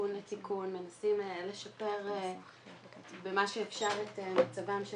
תיקון על תיקון, מנסים לשפר במה שאפשר את מצבם של